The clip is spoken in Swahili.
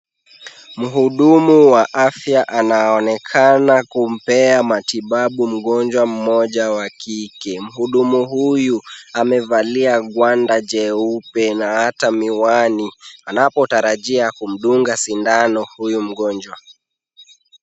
Mhudumu wa afya anaonekana kumpea matibabu mgonjwa mmoja wa kike. Mhudumu huyu amevalia gwanda jeupe na hata miwani anapotarajia kumdunga sindano huyu mgonjwa.